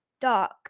dark